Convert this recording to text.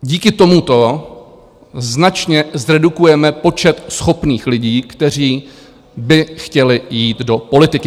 Díky tomuto značně zredukujeme počet schopných lidí, kteří by chtěli jít do politiky.